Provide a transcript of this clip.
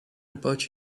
about